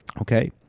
okay